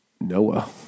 Noah